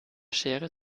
schere